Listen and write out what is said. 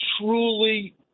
truly